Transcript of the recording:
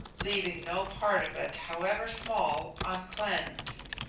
leaving no part of it, however small, uncleansed.